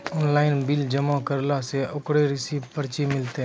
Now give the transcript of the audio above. Online bill जमा करला से ओकरौ रिसीव पर्ची मिलतै?